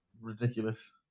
Ridiculous